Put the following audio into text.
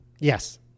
Yes